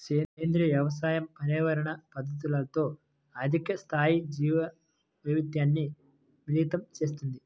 సేంద్రీయ వ్యవసాయం పర్యావరణ పద్ధతులతో అధిక స్థాయి జీవవైవిధ్యాన్ని మిళితం చేస్తుంది